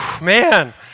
man